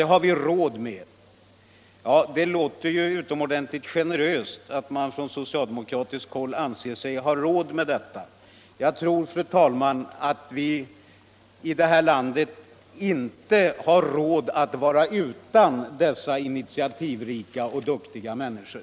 det har vi råd med. Det låter utomordentligt generöst att man från socialdemokratiskt håll anser sig ha råd med detta. Jag tror att vi i det här landet inte har råd att vara utan dessa initiativrika och duktiga människor.